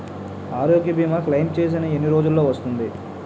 ఆరోగ్య భీమా క్లైమ్ చేసిన ఎన్ని రోజ్జులో వస్తుంది?